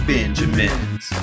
Benjamins